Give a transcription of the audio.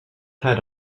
head